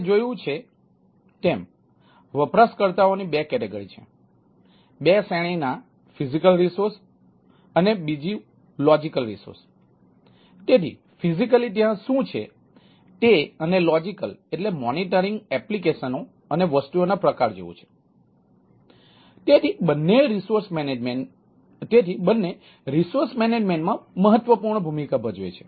આપણે જોયું છે તેમ વપરાશકર્તાઓની 2 કેટેગરી છે 2 શ્રેણીના ફિઝિકલ રિસોર્સમાં મહત્વપૂર્ણ ભૂમિકા ભજવે છે